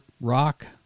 rock